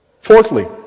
Fourthly